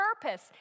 purpose